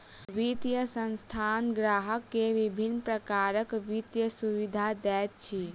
वित्तीय संस्थान ग्राहक के विभिन्न प्रकारक वित्तीय सुविधा दैत अछि